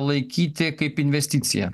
laikyti kaip investiciją